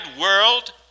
world